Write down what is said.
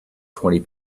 twenty